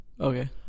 Okay